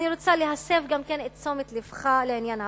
אני רוצה להסב את תשומת לבך לעניין הבא: